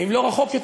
ואם לא רחוק יותר,